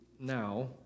now